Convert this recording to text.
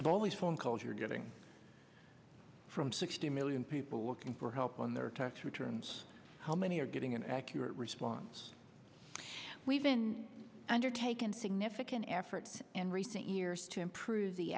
always phone calls you're getting from sixty million people looking for help on their tax returns how many are getting an accurate response we've been undertaken significant efforts in recent years to improve the